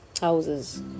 houses